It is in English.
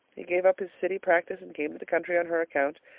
he gave up his city practice and came to the country on her account.